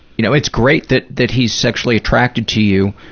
you know, it's great that that he's sexually attracted to you,